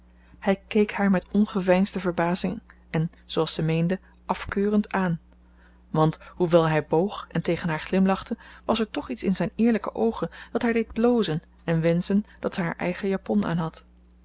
hij keek haar met ongeveinsde verbazing en zooals zij meende afkeurend aan want hoewel hij boog en tegen haar glimlachte was er toch iets in zijn eerlijke oogen dat haar deed blozen en wenschen dat ze haar eigen japon aan had